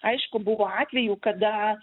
aišku buvo atvejų kada